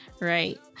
right